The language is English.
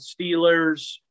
Steelers